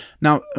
Now